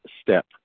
step